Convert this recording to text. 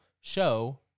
show